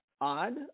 odd